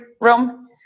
room